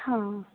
ਹਾਂ